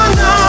no